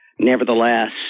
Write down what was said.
Nevertheless